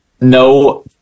no